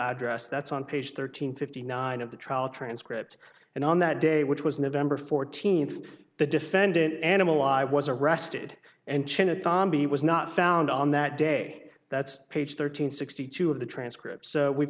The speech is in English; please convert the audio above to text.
address that's on page thirteen fifty nine of the trial transcript and on that day which was nov fourteenth the defendant animal i was arrested and chyna tom b was not found on that day that's page thirteen sixty two of the transcript so we've